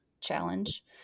challenge